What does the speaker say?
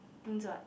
means what